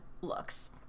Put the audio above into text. looks